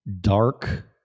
dark